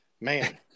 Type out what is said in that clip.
man